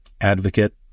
advocate